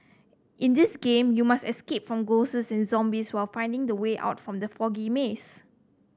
in this game you must escape from ghosts and zombies while finding the way out from the foggy maze